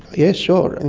yes, sure. and